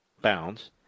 bounds